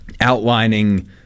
outlining